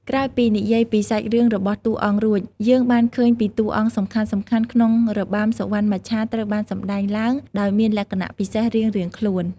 ក្រោយពីនិយាយពីសាច់រឿងរបស់តួអង្គរួច យើងបានឃើញថាតួអង្គសំខាន់ៗក្នុងរបាំសុវណ្ណមច្ឆាត្រូវបានសម្ដែងឡើងដោយមានលក្ខណៈពិសេសរៀងៗខ្លួន។